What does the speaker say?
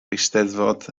eisteddfod